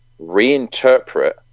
reinterpret